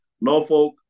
Norfolk